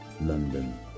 London